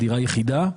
דירה יחידה,